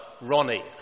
Ronnie